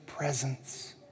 presence